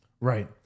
Right